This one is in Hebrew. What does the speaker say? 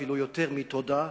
אפילו יותר מתודה,